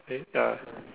then ya